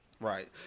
Right